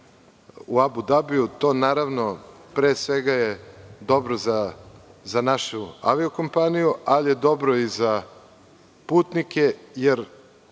u Abudabiju. To naravno, pre svega je dobro za našu avio kompaniju, ali je dobro i za putnike, jer